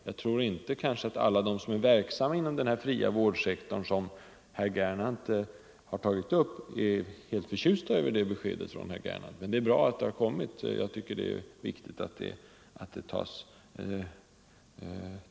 Jag tror inte att alla de som är verksamma inom den fria vårdsektorn, som herr Gernandt har tagit upp, är helt förtjusta över det beskedet från herr Gernandt, men det är bra att det har givits.